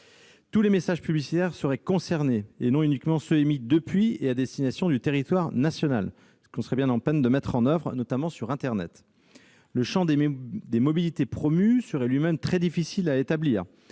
Tous les messages publicitaires seraient concernés, et non uniquement ceux qui sont émis depuis et à destination du territoire national, dispositif que l'on serait bien en peine de mettre en oeuvre, notamment sur internet. Le champ des mobilités promues serait lui-même très difficile à établir